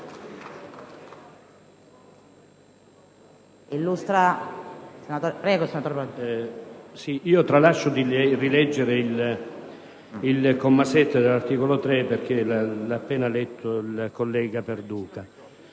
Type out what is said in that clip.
tralascio di leggere il comma 7 dell'articolo 3 perché è stato già letto dal collega Perduca.